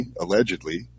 allegedly